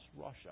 Russia